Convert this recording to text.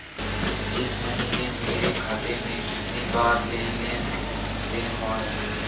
इस महीने मेरे खाते में कितनी बार लेन लेन देन हुआ है?